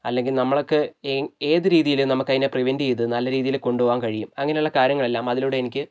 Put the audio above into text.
അല്ലെങ്കിൽ നമ്മളൊക്കെ ഏത് രീതിയിൽ നമുക്ക് അതിനെ പ്രിവെൻറ്റ് ചെയ്ത് നല്ല രീതിയിൽ കൊണ്ട് പോവാൻ കഴിയും അങ്ങനെയുള്ള കാര്യങ്ങളെല്ലാം അതിലൂടെ എനിക്ക്